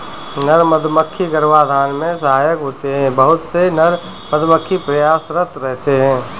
नर मधुमक्खी गर्भाधान में सहायक होते हैं बहुत से नर मधुमक्खी प्रयासरत रहते हैं